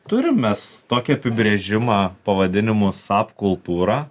turim mes tokį apibrėžimą pavadinimu sap kultūra